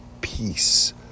peace